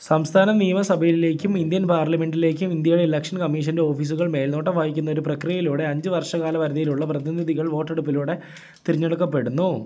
സംസ്ഥാന നിയമസഭയിലേക്കും ഇന്ത്യൻ പാർലമെൻ്റിലേക്കും ഇന്ത്യയുടെ ഇലക്ഷന് കമ്മീഷന്റെ ഓഫീസുകള് മേല്നോട്ടം വഹിക്കുന്നൊരു പ്രക്രിയയിലൂടെ അഞ്ചു വർഷ കാല പരിധിയിലുള്ള പ്രതിനിധികള് വോട്ടെടുപ്പിലൂടെ തിരഞ്ഞെടുക്കപ്പെടുന്നു